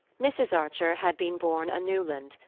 mrs. archer had been born a newland,